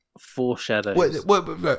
foreshadows